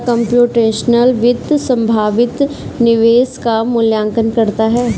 क्या कंप्यूटेशनल वित्त संभावित निवेश का मूल्यांकन करता है?